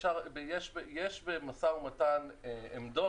יש במשא ומתן עמדות,